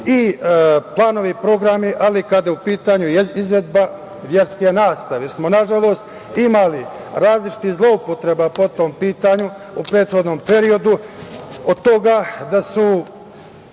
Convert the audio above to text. i planovi i programi, ali i kada je u pitanju izvođenje verske nastave. Nažalost, imali smo različitih zloupotreba po tom pitanju u prethodnom periodu, od toga da su